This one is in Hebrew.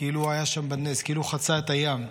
כאילו הוא היה שם בנס, כאילו חצה את הים.